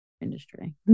industry